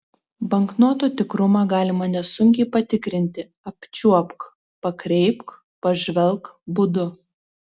banknoto tikrumą galima nesunkiai patikrinti apčiuopk pakreipk pažvelk būdu